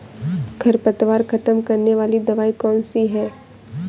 खरपतवार खत्म करने वाली दवाई कौन सी है?